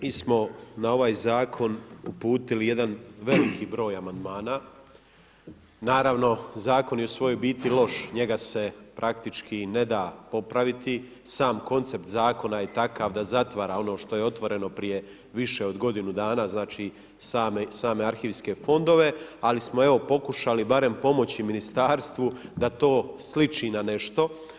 Mi smo na ovaj zakon uputili jedan veliki broj amandmana, naravno zakon je u svoj biti loš, njega se praktički ne da popraviti, sam koncept zakona je takav da zatvara ono što je otvoreno prije više od godinu dana, znači same arhivske fondove ali smo evo pokušali barem pomoći ministarstvu da to sliči na nešto.